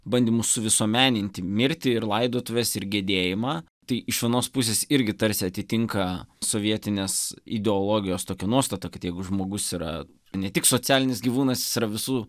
bandymu suvisuomeninti mirtį ir laidotuves ir gedėjimą tai iš vienos pusės irgi tarsi atitinka sovietinės ideologijos tokią nuostatą kad jeigu žmogus yra ne tik socialinis gyvūnas jis yra visų